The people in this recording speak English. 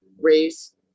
race